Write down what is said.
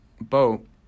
boat